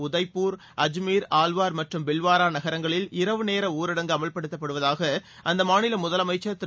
உதப்பூர் அஜ்மீர் ஆல்வார் மற்றும் பில்வாரா நகரங்களில் இரவு நேர ஊரடங்கு அமல்படுத்தப்படுவதாக அந்த மாநில முதலமைச்சர் திரு